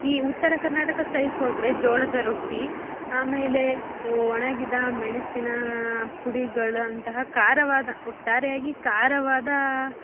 ಈ ಉತ್ತರ ಕರ್ನಾಟಕ ಸೈಡ್ ಹೋದರೆ ಜೋಳದ ರೊಟ್ಟಿ ಆಮೇಲೆ ಒಣಗಿದ ಮೆಣಸಿನಪುಡಿಗಳಂತಹ ಖಾರವಾದ ಒಟ್ಟಾರೆಯಾಗಿ ಖಾರವಾದ